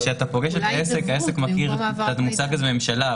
כשאתה פוגש עסק העסק מכיר את המושג "ממשלה".